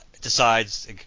decides